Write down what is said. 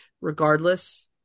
regardless